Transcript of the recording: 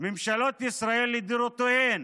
ממשלות ישראל לדורותיהן